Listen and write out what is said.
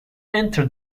enter